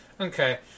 Okay